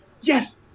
yes